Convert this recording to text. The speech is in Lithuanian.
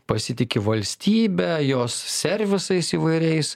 pasitiki valstybe jos servisais įvairiais